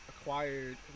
acquired